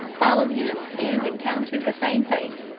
followed him and encountered the same fate.